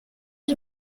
die